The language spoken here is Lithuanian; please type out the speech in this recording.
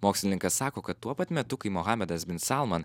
mokslininkas sako kad tuo pat metu kai mohamedas bin salman